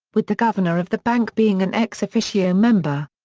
with the governor of the bank being an ex officio member.